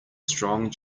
strong